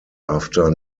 after